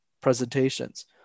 presentations